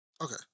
Okay